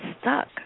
stuck